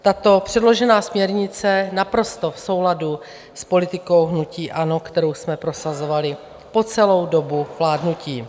Tato předložená směrnice je naprosto v souladu s politikou hnutí ANO, kterou jsme prosazovali po celou dobu vládnutí.